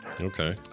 Okay